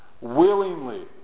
willingly